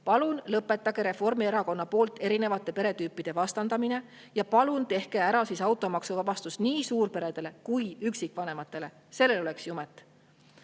Palun lõpetage Reformierakonna poolt erinevate peretüüpide vastandamine! Ja palun tehke ära automaksuvabastus nii suurperedele kui ka üksikvanematele. Sellel oleks jumet.